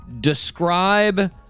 describe